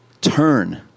Turn